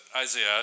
Isaiah